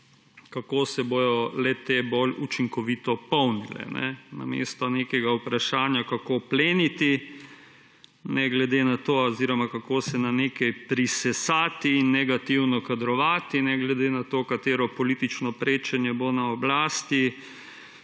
kako se bodo le-te bolj učinkovito polnile, namesto nekega vprašanja kako pleniti, ne glede na to oziroma kako se na nekaj prisesati in negativno kadrovati, ne glede na to katero politično prečenje bo na oblasti,